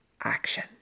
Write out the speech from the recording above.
action